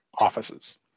offices